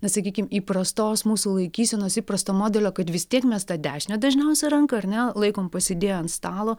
na sakykim įprastos mūsų laikysenos įprasto modelio kad vis tiek mes tą dešinę dažniausia ranką ar ne laikom pasidėję ant stalo